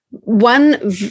One